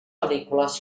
pel·lícules